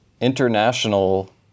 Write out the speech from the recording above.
international